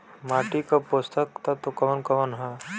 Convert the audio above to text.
माटी क पोषक तत्व कवन कवन ह?